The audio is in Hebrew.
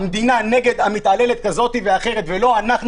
שהמדינה היא נגד מתעללת כזו או אחרת ולא אנחנו,